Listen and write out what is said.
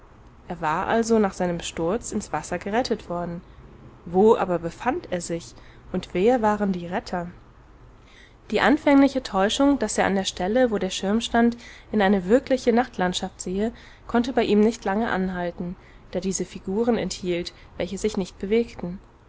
er war also nach seinem sturz ins wasser gerettet worden wo aber befand er sich und wer waren die retter die anfängliche täuschung daß er an der stelle wo der schirm stand in eine wirkliche nachtlandschaft sehe konnte bei ihm nicht lange anhalten da diese figuren enthielt welche sich nicht bewegten